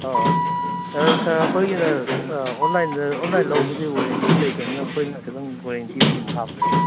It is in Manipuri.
ꯑꯥ ꯁꯥꯔ ꯑꯩꯈꯣꯏꯒꯤꯅ ꯑꯣꯟꯂꯥꯏꯟ ꯂꯧꯕꯒꯤ ꯋꯥꯔꯦꯟꯇꯤ ꯂꯩꯇꯕꯅꯤꯅ ꯑꯩꯈꯣꯏꯅ ꯈꯤꯇꯪ ꯋꯥꯔꯦꯟꯇꯤꯗꯤ ꯑꯗꯨꯝ ꯍꯥꯞꯄꯅꯤꯗ